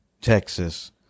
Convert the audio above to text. Texas